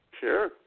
Sure